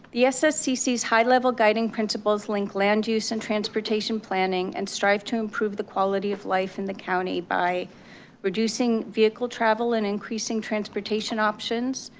the sscc's high level guiding guiding principles link land use and transportation planning and strive to improve the quality of life in the county by reducing vehicle travel and increasing transportation options,